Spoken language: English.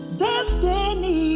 destiny